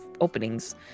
openings